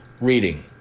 reading